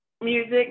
music